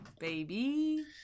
Baby